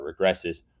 regresses